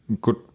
good